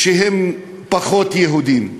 הם פחות יהודים.